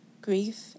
grief